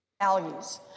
values